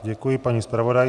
Děkuji paní zpravodajce.